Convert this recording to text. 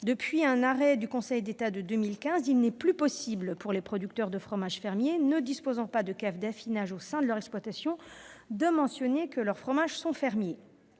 depuis un arrêt du Conseil d'État de 2015, il n'est plus possible pour les producteurs de fromages fermiers ne disposant pas de cave d'affinage au sein de leur exploitation de mentionner que leurs fromages sont fermiers.